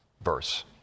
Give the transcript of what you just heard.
verse